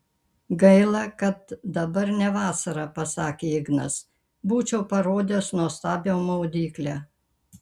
gaila kad dabar ne vasara pasakė ignas būčiau parodęs nuostabią maudyklę